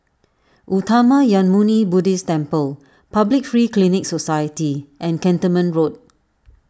Uttamayanmuni Buddhist Temple Public Free Clinic Society and Cantonment Road